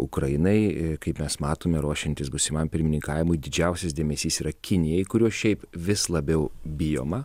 ukrainai kaip mes matome ruošiantis būsimam pirmininkavimui didžiausias dėmesys yra kinijai kurios šiaip vis labiau bijoma